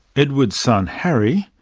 edward's son harry,